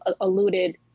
alluded